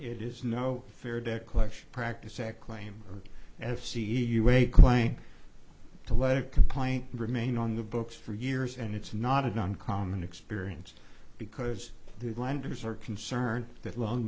it is no fair debt collection practices act claim as c e u a claim to let a complaint remain on the books for years and it's not an uncommon experience because the lenders are concerned that lo